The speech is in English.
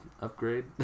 upgrade